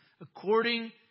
according